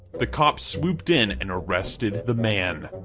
the cops swooped in and arrested the man.